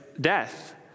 death